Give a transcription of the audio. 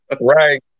Right